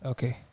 Okay